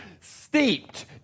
steeped